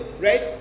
right